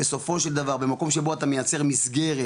בסופו של דבר במקום שבו אתה מייצר מסגרת